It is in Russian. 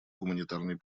гуманитарной